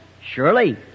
Surely